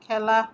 খেলা